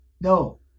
no